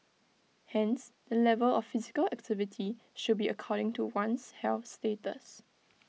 hence the level of physical activity should be according to one's health status